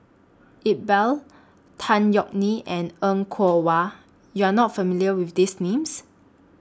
Iqbal Tan Yeok Nee and Er Kwong Wah YOU Are not familiar with These Names